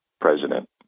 president